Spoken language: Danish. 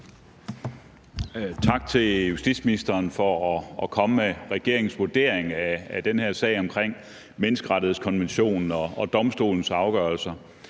Tak til justitsministeren for at komme med regeringens vurdering af den her sag omkring menneskerettighedskonventionen og domstolens afgørelser.